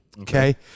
Okay